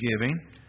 giving